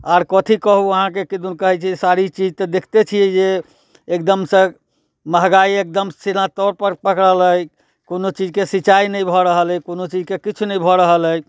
आर कथि कहू अहाँके किदन कहै छै सारी चीज तऽ देखतै छिये जे एकदम से महंगाइ एकदम सीधा तौर पर पकड़ल अछि कोनो चीजके सिंचाइ नहि भऽ रहल अछि कोनो चीजके किछु नहि भऽ रहल अछि